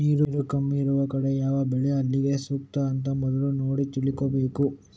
ನೀರು ಕಮ್ಮಿ ಇರುವ ಕಡೆ ಯಾವ ಬೆಳೆ ಅಲ್ಲಿಗೆ ಸೂಕ್ತ ಅಂತ ಮೊದ್ಲು ನೋಡಿ ತಿಳ್ಕೋಬೇಕು